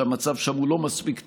שהמצב שם לא מספיק טוב,